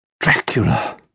Dracula